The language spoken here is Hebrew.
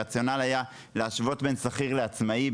הרציונל היה להשוות בין שכיר לעצמאי,